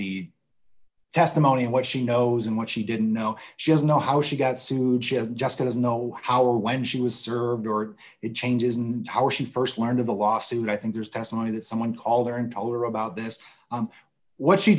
the testimony and what she knows and what she didn't know she doesn't know how she got sued ship just doesn't know how or when she was served or it changes and how she st learned of the lawsuit i think there's testimony that someone call there an hour about this what she